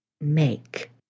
make